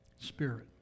Spirit